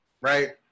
right